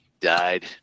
died